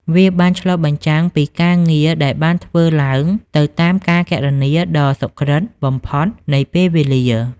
វាបានឆ្លុះបញ្ចាំងពីការងារដែលបានធ្វើឡើងទៅតាមការគណនាដ៏សុក្រិតបំផុតនៃពេលវេលា។